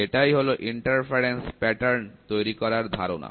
এটাই হলো প্রতিবন্ধক প্যাটার্ন তৈরি করার ধারণা